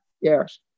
Yes